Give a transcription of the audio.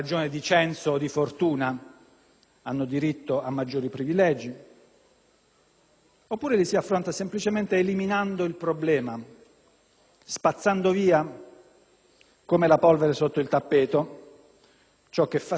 oppure semplicemente eliminando il problema, spazzando via come la polvere sotto il tappeto ciò che fastidiosamente ci ricorda la tragedia della disuguaglianza.